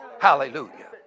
Hallelujah